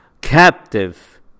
captive